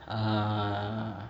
a'ah